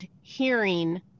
hearing